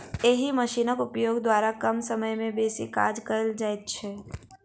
एहि मशीनक उपयोग द्वारा कम समय मे बेसी काज कयल जाइत छै